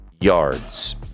yards